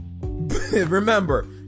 remember